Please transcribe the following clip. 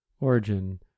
origin